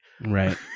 Right